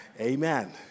Amen